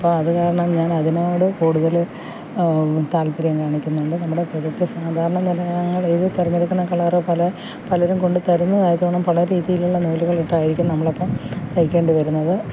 അപ്പം അതുകാരണം ഞാനതിനോട് കൂടുതൽ താൽപ്പര്യം കാണിക്കുന്നുണ്ട് നമ്മുടെ ഇപ്പോഴത്തെ സാധാരണ നിറങ്ങൾ ഏത് തിരഞ്ഞെടുക്കണ കളറ് പല പലരും കൊണ്ടുത്തരുന്നതായത് വേണം പല രീതിയിലുള്ള നൂലുകളിട്ടായിരിക്കും നമ്മളപ്പം തയ്ക്കേണ്ടി വരുന്നത്